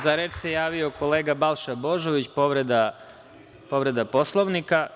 Za reč se javio kolega Balša Božović, povreda Poslovnika.